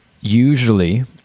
usually